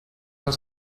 els